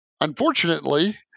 unfortunately